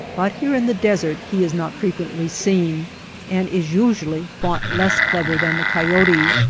but here in the desert he is not frequently seen and is usually thought less clever than the coyote.